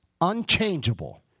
Unchangeable